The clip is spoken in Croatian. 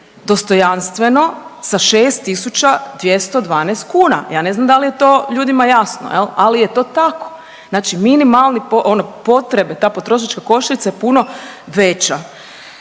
dostojanstveno sa 6,212 kuna, ja ne znam da li je to ljudima jasno, ali je to tako. Znači minimalne potrebe ta potrošačka košarica je puno veća.